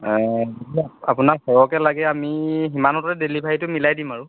আপোনাক সৰহকৈ লাগে আমি সিমানতে ডেলিভেৰীটো মিলাই দিম আৰু